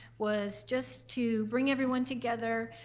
was just to bring everyone together,